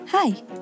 Hi